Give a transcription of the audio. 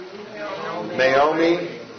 Naomi